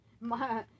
My-